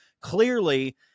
clearly